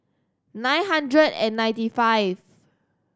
nine hundred and ninety five